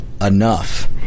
enough